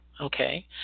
okay